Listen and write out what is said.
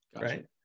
right